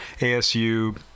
ASU